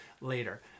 later